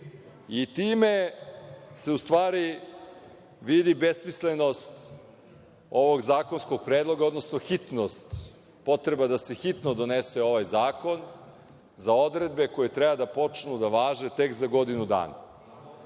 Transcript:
Time se, u stvari, vidi besmislenost ovog zakonskog predloga, odnosno hitnost, potreba da se hitno donese ovaj zakon za odredbe koje treba da počnu da važe tek za godinu